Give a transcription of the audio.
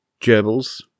Gerbils